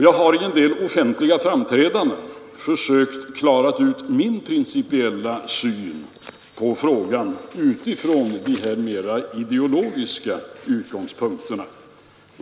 Jag har i en del offentliga framträdanden försökt klara ut min principiella syn på frågan utifrån dessa mer ideologiska utgångspunkter.